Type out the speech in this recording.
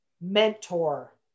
mentor